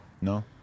No